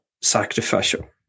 sacrificial